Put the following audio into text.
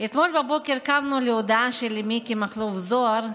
אתמול בבוקר קמנו להודעה של מיקי מכלוף זוהר,